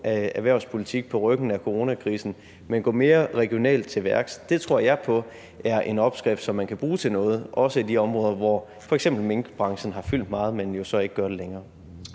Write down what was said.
all-erhvervspolitik på ryggen af coronakrisen, men om at gå mere regionalt til værks. Det tror jeg på er en opskrift, som man kan bruge til noget, også i de områder, hvor f.eks. minkbranchen har fyldt meget, men jo så ikke gør det længere.